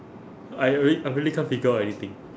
I rea~ I really can't figure out anything